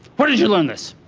where did you learn this?